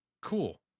cool